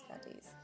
studies